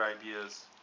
ideas